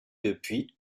depuis